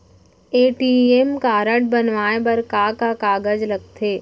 ATM card बनवाये बर का का कागज लगथे?